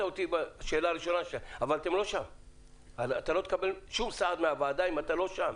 אבל אתם לא שם ואתה לא תקבל שום סעד מהוועדה אם אתה לא שם.